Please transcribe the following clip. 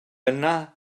yna